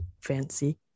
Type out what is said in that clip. fancy